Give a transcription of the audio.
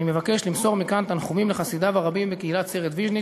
אני מבקש למסור מכאן תנחומים לחסידיו הרבים בקהילת סערט ויז'ניץ,